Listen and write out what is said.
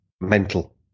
mental